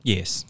Yes